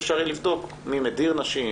ואפשר יהיה לבדוק מי מדיר נשים,